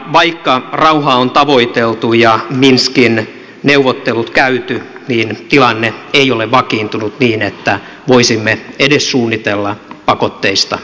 vaikka rauhaa on tavoiteltu ja minskin neuvottelut käyty niin tilanne ei ole vakiintunut niin että voisimme edes suunnitella pakotteista luopumista